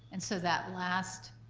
and so that last,